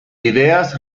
ideas